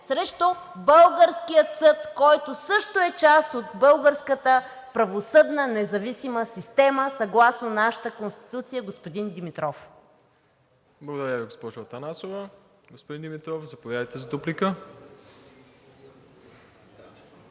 срещу българския съд, който също е част от българската правосъдна независима система съгласно нашата Конституция, господин Димитров. ПРЕДСЕДАТЕЛ МИРОСЛАВ ИВАНОВ: Благодаря Ви, госпожо Атанасова. Господин Димитров, заповядайте за дуплика.